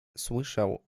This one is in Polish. słyszał